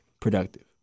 productive